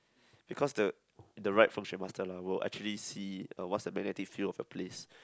because the the right Feng Shui master lah will actually see uh what's the magnetic field of a place